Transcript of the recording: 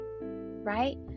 right